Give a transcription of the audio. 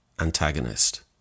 antagonist